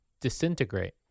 disintegrate